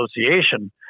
Association